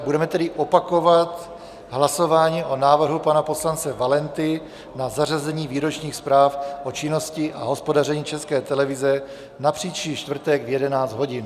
Budeme tedy opakovat hlasování o návrhu pana poslance Valenty na zařazení výročních zpráv o činnosti a hospodaření České televize na příští čtvrtek v 11 hodin.